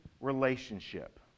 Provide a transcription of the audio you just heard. relationship